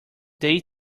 they